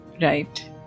Right